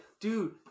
dude